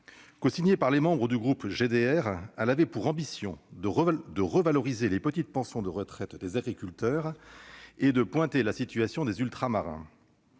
Cosignée par les membres du groupe GDR, elle avait pour ambition de revaloriser les petites pensions de retraite des agriculteurs et de pointer la situation des retraités